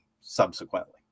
subsequently